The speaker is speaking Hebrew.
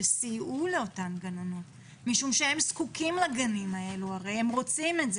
שסייעו לאותן גננות משום שהם זקוקים לגנים האלה והם רוצים אותם.